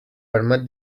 permet